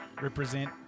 Represent